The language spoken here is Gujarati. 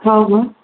હા હં